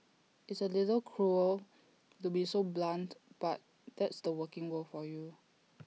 it's A little cruel to be so blunt but that's the working world for you